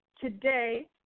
today